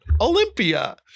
Olympia